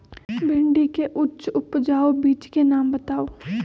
भिंडी के उच्च उपजाऊ बीज के नाम बताऊ?